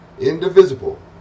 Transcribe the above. indivisible